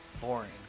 boring